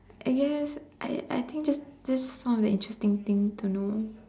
I guess I I think just this one of the interesting things to know